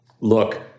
look